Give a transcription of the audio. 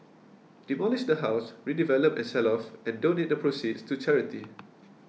demolish the house redevelop and sell off and donate the proceeds to charity